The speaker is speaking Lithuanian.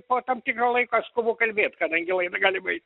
po tam tikro laiko aš skubu kalbėt kadangi laida gali baigt